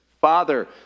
Father